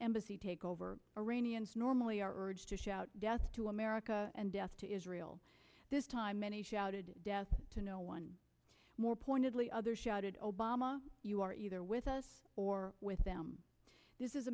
embassy takeover arrhenius normally are urged to shout death to america and death to israel this time many shouted death to no one more pointedly others shouted obama you are either with us or with them this is a